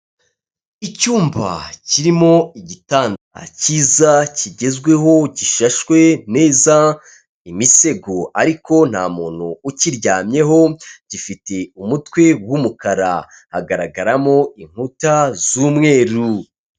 Icyumba kirimo igitanda cyiza kigezweho gishashwe neza imisego, ariko ntamuntu ukiryamyeho gifite umutwe w'umukara hagaragaramo inkuta z'umweru.